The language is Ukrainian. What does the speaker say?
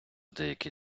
деякий